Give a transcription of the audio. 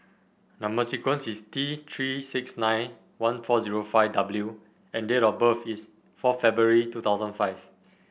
number sequence is T Three six nine one four zero five W and date of birth is four February two thousand five